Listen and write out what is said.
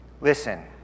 Listen